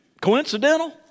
coincidental